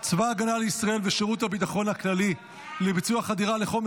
צבא הגנה לישראל ושירות הביטחון הכללי לביצוע חדירה לחומר